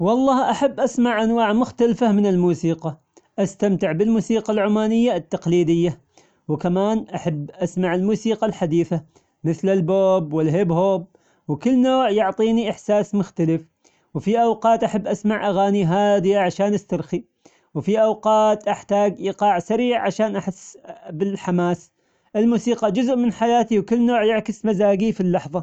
والله أحب أسمع أنواع مختلفة من الموسيقى، أستمتع بالموسيقى العمانية التقليدية، وكمان أحب أسمع الموسيقى الحديثة مثل البوب والهيب هوب، وكل نوع يعطيني إحساس مختلف، وفي أوقات أحب أسمع أغاني هادية عشان أسترخي، وفي أوقات أحتاج إيقاع سريع عشان أحس بالحماس الموسيقى جزء من حياتي وكل نوع يعكس مزاجي في اللحظة.